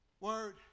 Word